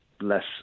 less